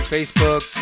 Facebook